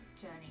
journey